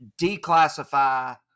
declassify